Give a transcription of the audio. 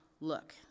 Look